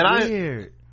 weird